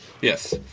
Yes